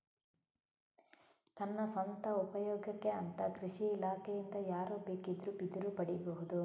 ತನ್ನ ಸ್ವಂತ ಉಪಯೋಗಕ್ಕೆ ಅಂತ ಕೃಷಿ ಇಲಾಖೆಯಿಂದ ಯಾರು ಬೇಕಿದ್ರೂ ಬಿದಿರು ಪಡೀಬಹುದು